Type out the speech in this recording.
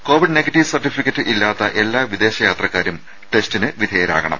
Covid negative certificate ഇല്ലാത്ത എല്ലാ വിദേശ യാത്രക്കാരും ടെസ്റ്റിന് വിധേയരാവണം